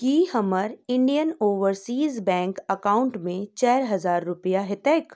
की हमर Indian Overseas Bank अकाउंटमे चारि हजार रूपैआ हेतैक